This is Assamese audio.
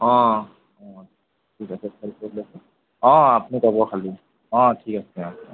অ ঠিক আছে অ আপুনি ক'ব খালি অ ঠিক আছে অ